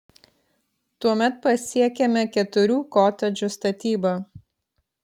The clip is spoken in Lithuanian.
tuomet pasiekiame keturių kotedžų statybą